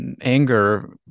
anger